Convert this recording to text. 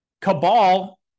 cabal